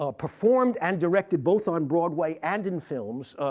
ah performed and directed both on broadway and in films.